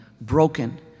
broken